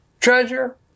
treasure